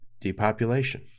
Depopulation